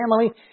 family